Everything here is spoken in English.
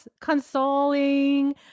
consoling